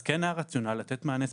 אז כן היה רציונל לתת מענה ספציפי.